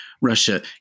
Russia